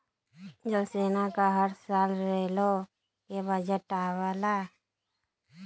जल सेना क हर साल रेलो के बजट आवला